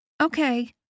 Okay